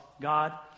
God